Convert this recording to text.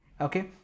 okay